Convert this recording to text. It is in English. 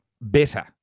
better